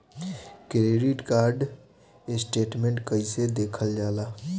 Credit card statement कइसे देखल जाला?